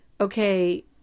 okay